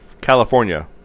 California